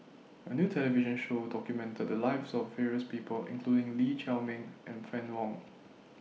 A New television Show documented The Lives of various People including Lee Chiaw Meng and Fann Wong